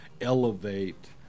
elevate